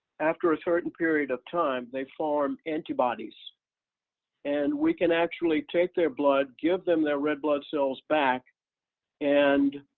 after a certain period of time, they form antibodies and we can actually take their blood, give them their red blood cells back and